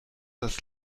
das